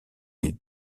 des